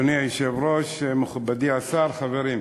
אדוני היושב-ראש, מכובדי השר, חברים,